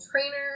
trainer